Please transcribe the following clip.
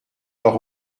leur